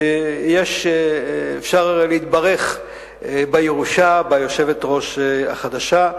שאפשר להתברך בירושה, ביושבת-ראש החדשה.